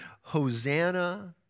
Hosanna